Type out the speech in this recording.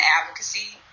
advocacy